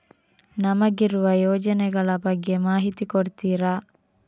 ನಮಗಿರುವ ಯೋಜನೆಗಳ ಬಗ್ಗೆ ಮಾಹಿತಿ ಕೊಡ್ತೀರಾ?